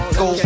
go